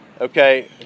okay